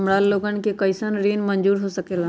हमार लोगन के कइसन ऋण मंजूर हो सकेला?